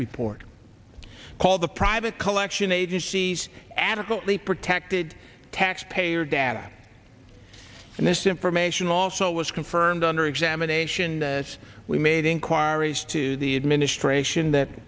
report called the private collection agencies adequately protected taxpayer data and this information also was confirmed under examination as we made inquiries to the administration that